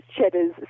cheddars